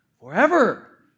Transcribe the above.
forever